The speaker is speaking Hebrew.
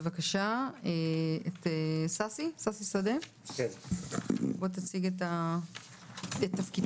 בבקשה ששי שדה, אנא תציג את תפקידך.